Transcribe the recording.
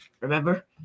Remember